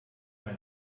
man